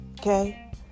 okay